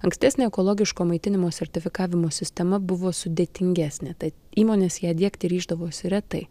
ankstesnė ekologiško maitinimo sertifikavimo sistema buvo sudėtingesnė tad įmonės ją diegti ryždavosi retai